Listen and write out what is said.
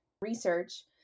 research